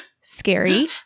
scary